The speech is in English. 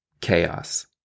Chaos